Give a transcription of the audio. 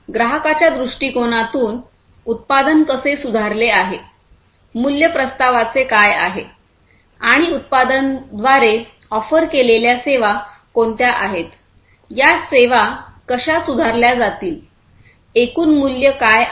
ग्राहकाच्या दृष्टिकोनातून उत्पादन कसे सुधारले आहे मूल्य प्रस्तावाचे काय आहे आणि उत्पादनाद्वारे ऑफर केलेल्या सेवा कोणत्या आहेत या सेवा कशा सुधारल्या जातील एकूण मूल्य काय आहे